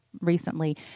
recently